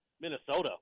minnesota